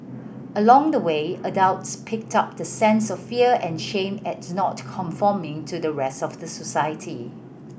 along the way adults pick up the sense of fear and shame at not conforming to the rest of the society